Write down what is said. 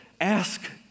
Ask